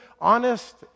honest